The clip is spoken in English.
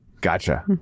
Gotcha